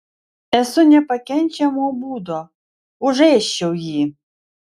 esu nepakenčiamo būdo užėsčiau jį